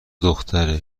دختر